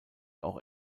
auch